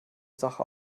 sache